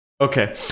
Okay